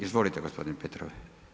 Izvolite, gospodine Petrov.